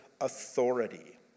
authority